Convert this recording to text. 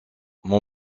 mon